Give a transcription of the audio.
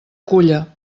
culla